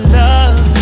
love